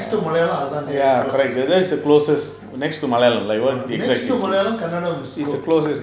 ya correct that's the closest next to malayalam is the closest